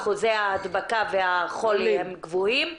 אחוזי ההדבקה והחולי הם גבוהים,